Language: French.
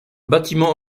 bâtiment